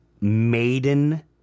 Maiden